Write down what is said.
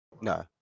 No